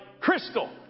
Crystal